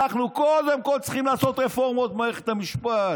אנחנו קודם כול צריכים לעשות רפורמות במערכת המשפט,